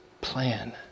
plan